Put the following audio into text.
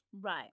Right